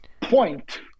point